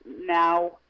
now